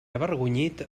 avergonyit